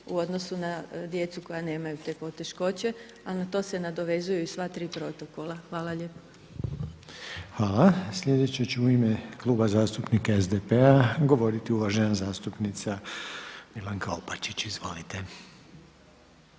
u odnosu na djecu koja nemaju te poteškoće, a na to se nadovezuju i sva tri protokola. Hvala lijepa. **Reiner, Željko (HDZ)** Hvala. Sljedeća će u ime Kluba zastupnika SDP-a govoriti uvažena zastupnica Milanka Opačić. Izvolite.